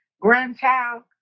grandchild